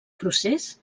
procés